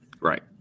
Right